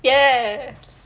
ya